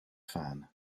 fan